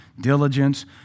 diligence